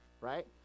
right